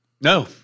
No